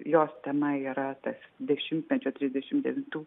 jos tema yra tas dešimtmečio trisdešimt devintų